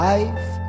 Life